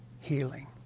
healing